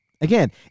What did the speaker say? Again